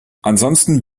ansonsten